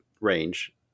range